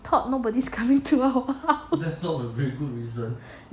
thought nobody is coming to our house